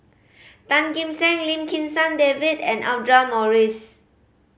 Tan Kim Seng Lim Kim San David and Audra Morrice